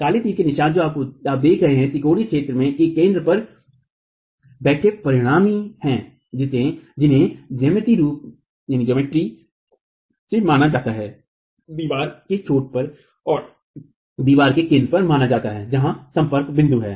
काले तीर के निशान जो आप देखते हैं त्रिकोणीय क्षेत्र के केंद्रक पर बैठे परिणामी हैं जिन्हें ज्यामितीय रूप से माना जाता है दीवार के छोर पर और दीवार के केंद्र पर माना जाता है जहां संपर्क बिंदु हैं